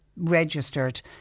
registered